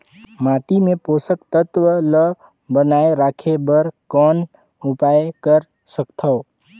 माटी मे पोषक तत्व ल बनाय राखे बर कौन उपाय कर सकथव?